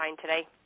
today